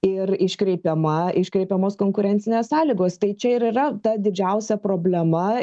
ir iškreipiama iškreipiamos konkurencinės sąlygos tai čia ir yra ta didžiausia problema